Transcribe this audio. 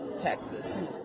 Texas